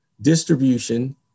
distribution